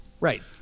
Right